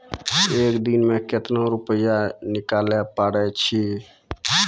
एक दिन मे केतना रुपैया निकाले पारै छी?